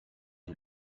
die